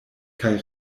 kaj